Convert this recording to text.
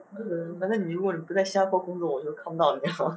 err 反正那如果你不在新加坡工作我就看不到你 liao